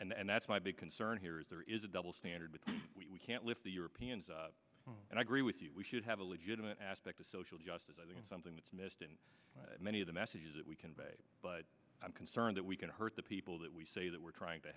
don't and that's my big concern here is there is a double standard with we can't lift the europeans and i agree with you we should have a legitimate aspect of social justice i think it's something that's missed in many of the messages that we convey but i'm concerned that we can hurt the people that we say that we're trying to